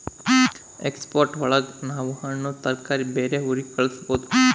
export ಒಳಗ ನಾವ್ ಹಣ್ಣು ತರಕಾರಿ ಬೇರೆ ಊರಿಗೆ ಕಳಸ್ಬೋದು